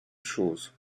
chose